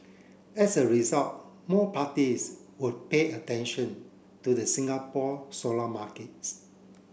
as a result more parties would pay attention to the Singapore solar markets